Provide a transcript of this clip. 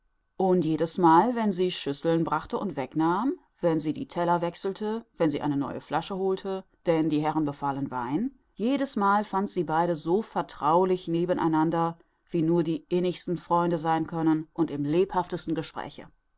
und jedesmal wenn sie schüsseln brachte und wegnahm wenn sie teller wechselte wenn sie eine neue flasche holte denn die herren befahlen wein jedesmal fand sie beide so vertraulich nebeneinander wie nur die innigsten freunde sein können und im lebhaftesten gespräche